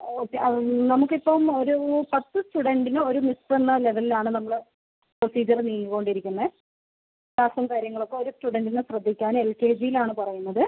okay നമുക്കിപ്പം ഒരു പത്ത് സ്റ്റുഡൻറ്റിന് ഒരു മിസ് എന്ന ലെവലിൽ ആണ് നമ്മൾ പ്രോസീജിയർ നീങ്ങികൊണ്ടിരിക്കുന്നത് ക്ലാസും കാര്യങ്ങളുമൊക്കെ ശ്രദ്ധിക്കാൻ എൽ കെ ജി യിലാണ് പറയുന്നത്